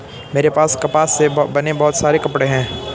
मेरे पास कपास से बने बहुत सारे कपड़े हैं